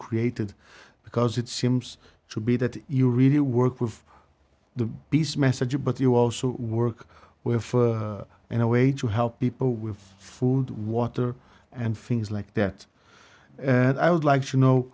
created because it seems to be that you really work with the peace message but you also work with in a way to help people with food water and things like that and i would like to know